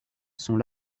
sont